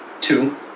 two